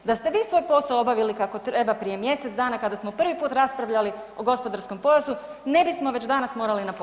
Da ste vi svoj posao obavili kako treba prije mjesec dana kada smo prvi puta raspravljali o gospodarskom pojasu ne bismo već danas morali na popravni.